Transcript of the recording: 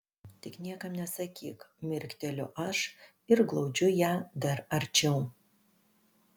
tik niekam nesakyk mirkteliu aš ir glaudžiu ją dar arčiau